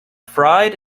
fried